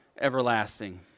everlasting